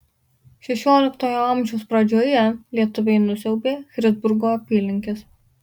šešioliktojo amžiaus pradžioje lietuviai nusiaubė christburgo apylinkes